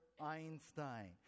einstein